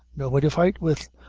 nobody to fight with,